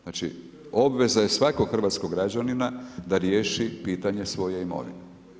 Znači, obveza je svakog hrvatskog građanina da riješi pitanje svoje imovine.